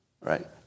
right